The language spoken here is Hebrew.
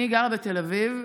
אני גרה בתל אביב.